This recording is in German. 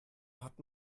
hat